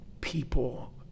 people